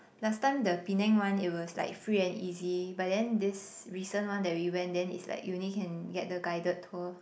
last time the Penang one it was like free and easy but then this recent one that we went then it's like you need to get the guided tour